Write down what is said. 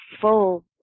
full